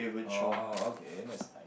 oh okay that's nice